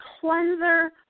cleanser